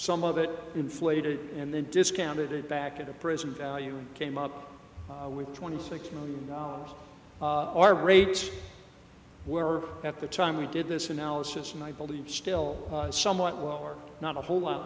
some of it inflated and then discounted it back to the present value and came up with twenty six million dollars our rates were at the time we did this analysis and i believe still somewhat lower not a whole lot